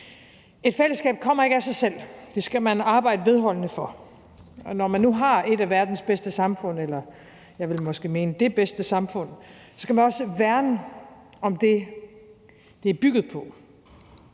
Et fællesskab kommer ikke af sig selv. Det skal man arbejde vedholdende for. Og når man nu har et af verdens bedste samfund – jeg vil måske mene det bedste samfund – skal man også værne om det, det bygger på.